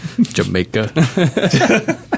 Jamaica